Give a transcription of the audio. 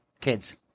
kids